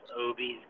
Obi's